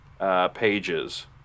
pages